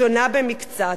שונה במקצת.